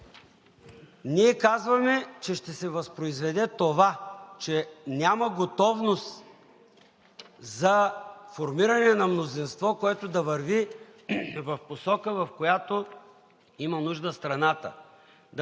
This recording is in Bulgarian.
Ние казваме, че ще се възпроизведе това, че няма готовност за формиране на мнозинство, което да върви в посока, в която има нужда страната,